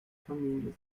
familie